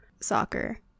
soccer